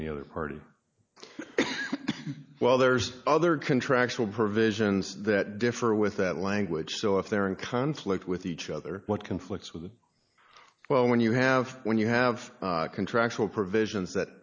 any other party while there's other contractual provisions that differ with that language so if they're in conflict with each other what conflicts with well when you have when you have contractual provisions that